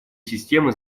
системы